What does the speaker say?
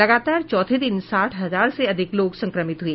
लगातार चौथे दिन साठ हजार से अधिक लोग संक्रमित हुए